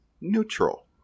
neutral